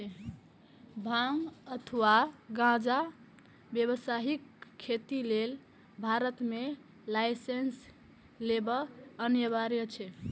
भांग अथवा गांजाक व्यावसायिक खेती लेल भारत मे लाइसेंस लेब अनिवार्य छै